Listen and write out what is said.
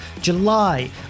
July